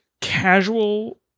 casual